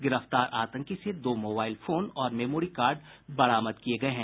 गिरफ्तार आतंकी से दो मोबाईल फोन और मेमोरी कार्ड बरामद किये गये हैं